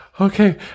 Okay